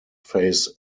face